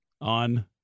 on